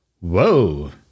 whoa